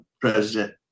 president